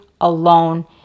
alone